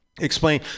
explain